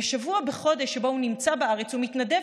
בשבוע בחודש שבו הוא נמצא בארץ הוא מתנדב